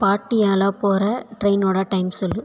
பாட்டியாலா போகற ட்ரெயினோட டைம் சொல்